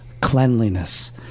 Cleanliness